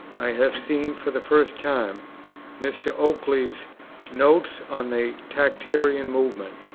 i have seen for the first time mr. oakeley's notes on the tractarian movement.